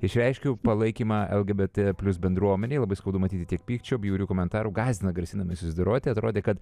išreiškiau palaikymą lgbt bendruomenei labai skaudu matyti tiek pykčio bjaurių komentarų gąsdina grasinimai susidoroti atrodė kad